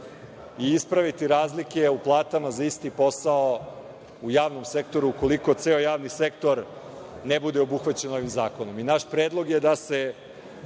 i ispraviti razlike u platama za isti posao u javnom sektoru, ukoliko ceo javni sektor ne bude obuhvaćen ovim zakonom. Naš predlog je da se